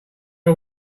are